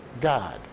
God